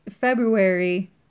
February